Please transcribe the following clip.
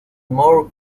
more